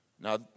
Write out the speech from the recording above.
Now